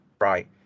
right